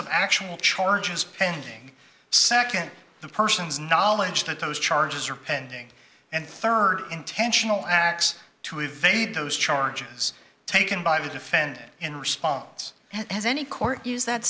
of actual charges pending second the person's knowledge that those charges are pending and third intentional acts to evade those charges taken by the defendant in response as any court is that